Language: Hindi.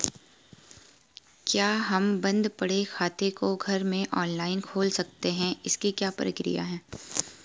क्या हम बन्द पड़े खाते को घर में ऑनलाइन खोल सकते हैं इसकी क्या प्रक्रिया है?